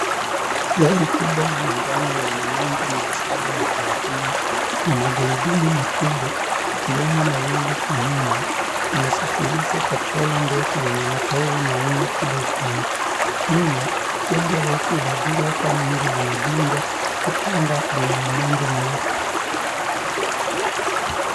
Lori Kubwa la manjano lenye namba mia Saba na thelathini na magurudumu makubwa zikiwemo mawili Kwa nyuma imesafirishwa Kwa trela ndefu yenye matairi manne kila upande, nyuma jengo refu la ghorofa nyingi linajengwa na anga lina mawingu meupe.